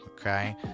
Okay